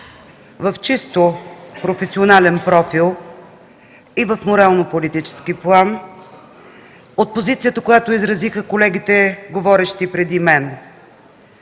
в чисто професионален профил и в морално-политически план от позицията, която изразиха колегите, говорещи преди мен.